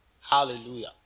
hallelujah